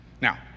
Now